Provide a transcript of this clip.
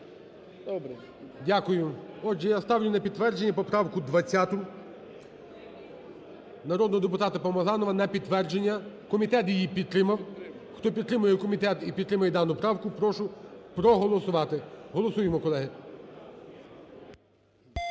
Дякую. Отже, я ставлю на підтвердження поправку 20 народного депутата Помазанова на підтвердження. Комітет її підтримав. Хто підтримує комітет і підтримує дану правку, прошу проголосувати. Голосуємо, колеги.